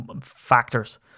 factors